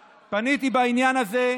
בעד.